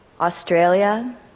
Australia